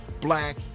black